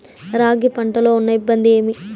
రాగి పంటలో ఉన్న ఇబ్బంది ఏమి?